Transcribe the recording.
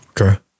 Okay